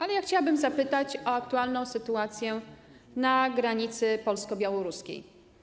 Ale ja chciałabym zapytać o aktualną sytuację na granicy polsko-białoruskiej.